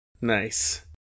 Nice